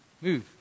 move